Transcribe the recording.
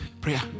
prayer